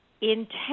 intent